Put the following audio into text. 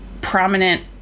prominent